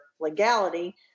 legality